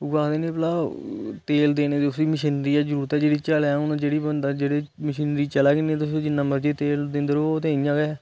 उऐ आक्खदे नी भला तेल देने दी उस्सै मशीनरी गी जरुरत ऐ जेहड़ी चले हून जेहडी बंदा मशीनरी चले गै नेईं उसी तुस जिन्ना मर्जी तेल दिंदे रवो इयां ते